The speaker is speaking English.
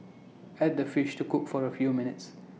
add the fish to cook for A few minutes